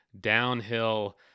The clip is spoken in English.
downhill